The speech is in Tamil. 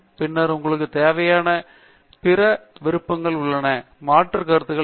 பின்னர் உங்களுக்கு தேவையான பிற விருப்பங்களும் உள்ளன மாற்று கருதுகோள் என்ன